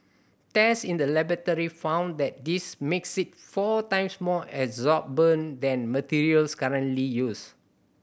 test in the laboratory found that this makes it four times more absorbent than materials currently used